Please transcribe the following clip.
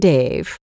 Dave